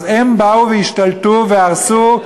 אז הם באו והשתלטו והרסו,